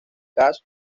cash